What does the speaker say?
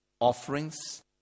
offerings